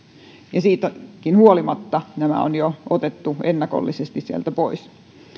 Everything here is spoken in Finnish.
euroa siitäkin huolimatta nämä on jo otettu ennakollisesti sieltä pois